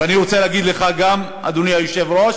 ואני רוצה גם להגיד לך, אדוני היושב-ראש,